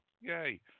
yay